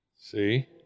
See